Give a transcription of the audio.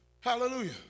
Hallelujah